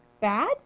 bad